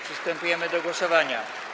Przystępujemy do głosowania.